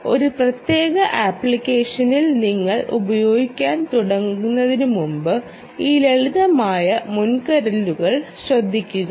അതിനാൽ ഒരു പ്രത്യേക ആപ്ലിക്കേഷനിൽ നിങ്ങൾ ഉപയോഗിക്കാൻ തുടങ്ങുന്നതിനുമുമ്പ് ഈ ലളിതമായ മുൻകരുതലുകൾ ശ്രദ്ധിക്കുക